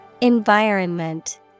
Environment